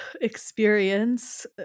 experience